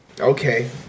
Okay